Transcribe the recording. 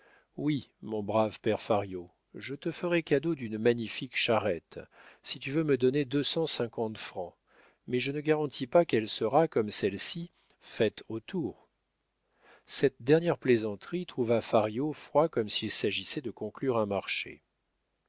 oui mon brave père fario je te ferai cadeau d'une magnifique charrette si tu veux me donner deux cent cinquante francs mais je ne garantis pas qu'elle sera comme celle-ci faite aux tours cette dernière plaisanterie trouva fario froid comme s'il s'agissait de conclure un marché